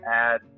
add